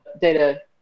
data